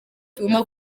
tugomba